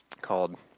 called